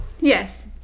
Yes